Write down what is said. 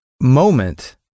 moment